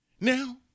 Now